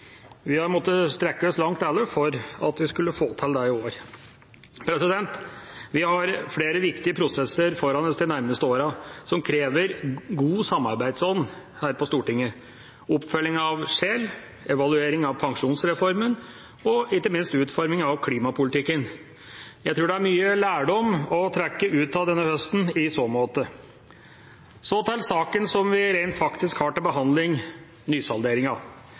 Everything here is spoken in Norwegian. Vi har alle måttet strekke oss langt for at vi skulle få til det i år. Vi har flere viktige prosesser foran oss de nærmeste årene som krever god samarbeidsånd her på Stortinget: oppfølging av Scheel-utvalgets rapport, evaluering av pensjonsreformen og ikke minst utforming av klimapolitikken. Jeg tror det er mye lærdom å trekke ut av denne høsten i så måte. Så til saken som vi rent faktisk har til behandling,